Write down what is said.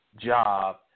job